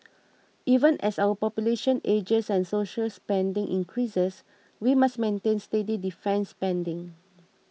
even as our population ages and social spending increases we must maintain steady defence spending